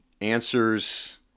answers